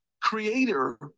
creator